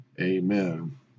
amen